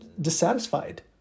dissatisfied